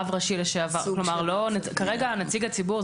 כרגע נציג הציבור,